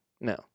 No